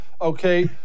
Okay